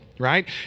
right